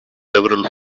several